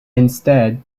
instead